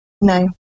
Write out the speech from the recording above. No